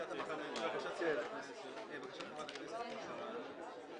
הצעה מספר 32 של הרשימה המשותפת לא נתקבלה.